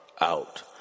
out